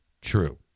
true